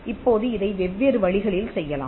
இப்போது இதை வெவ்வேறு வழிகளில் செய்யலாம்